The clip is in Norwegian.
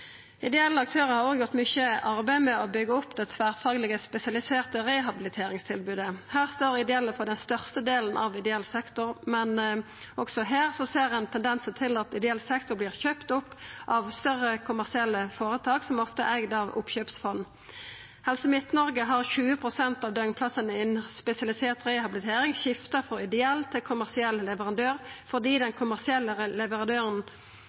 Ideelle aktørar har òg gjort mykje arbeid med å byggja opp det tverrfaglege spesialiserte rehabiliteringstilbodet. Her står ideelle for den største delen av sektoren, men også her ser ein tendensar til at ideell sektor vert kjøpt opp av større kommersielle føretak som ofte er eigde av oppkjøpsfond. I Helse Midt-Noreg har 20 pst. av døgnplassane innan spesialisert rehabilitering skifta frå ideell til kommersiell leverandør fordi